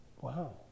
wow